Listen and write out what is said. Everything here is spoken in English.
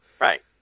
Right